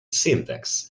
syntax